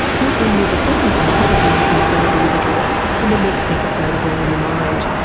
we'll bring you the second part of martin seligman's address in the next episode of all in the mind.